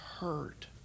hurt